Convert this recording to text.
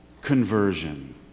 conversion